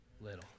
little